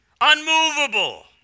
unmovable